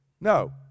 No